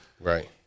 Right